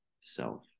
self